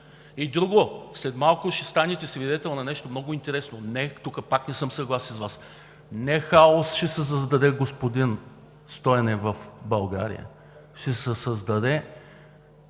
И друго, след малко ще станете свидетел на нещо много интересно. Не, тук пак не съм съгласен с Вас. Не хаос ще се създаде, господин Стойнев, в България. Ще се създаде